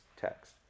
text